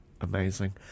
Amazing